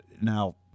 Now